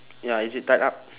ya is it tied up